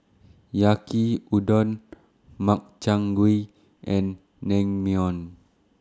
Yaki Udon Makchang Gui and Naengmyeon